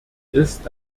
ist